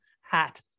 hat